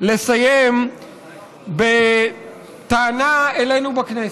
לסיים בטענה אלינו בכנסת.